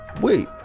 Wait